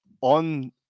on